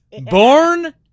born